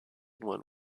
won